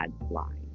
line